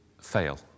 fail